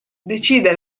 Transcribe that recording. decide